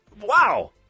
Wow